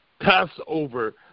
Passover